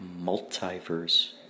multiverse